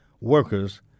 workers